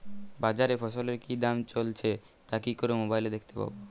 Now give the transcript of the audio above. বাজারে ফসলের কি দাম চলছে তা কি করে মোবাইলে দেখতে পাবো?